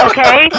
Okay